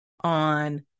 on